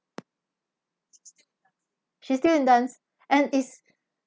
she's still in dance and is